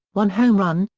one home run,